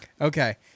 Okay